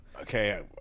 Okay